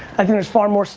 i think there's far most,